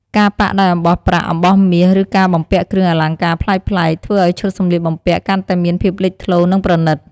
ការប៉ាក់ដោយអំបោះប្រាក់ អំបោះមាស ឬការបំពាក់គ្រឿងអលង្ការប្លែកៗ ធ្វើឱ្យឈុតសម្លៀកបំពាក់កាន់តែមានភាពលេចធ្លោ និងប្រណីត។